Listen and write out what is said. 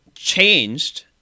changed